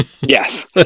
Yes